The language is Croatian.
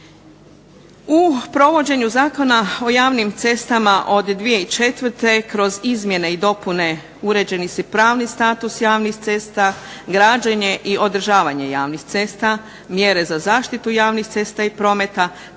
U provođenju Zakona o javnim cestama od 2004. kroz izmjene i dopune …/Govornica se ne razumije./… pravni status javnih cesta, građenje i održavanje javnih cesta, mjere za zaštitu javnih cesta i prometa,